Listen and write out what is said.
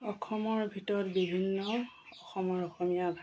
অসমৰ ভিতৰত বিভিন্ন অসমৰ অসমীয়া ভাষা